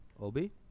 Obi